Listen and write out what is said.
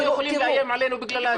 יכולים לאיים עלינו בגלל הסיבה הזאת.